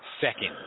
second